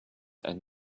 and